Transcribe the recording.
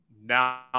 now